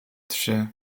trzy